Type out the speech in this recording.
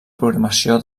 programació